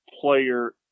player